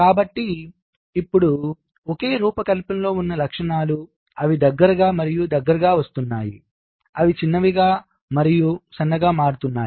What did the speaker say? కాబట్టి ఇప్పుడు ఒక రూపకల్పనలో ఉన్న లక్షణాలు అవి దగ్గరగా మరియు దగ్గరగా వస్తున్నాయి అవి చిన్నవిగా మరియు సన్నగా మారుతున్నాయి